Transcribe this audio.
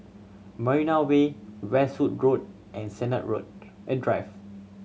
Marina Way Westwood Road and Sennett Road and Drive